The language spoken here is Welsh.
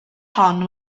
hon